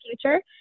future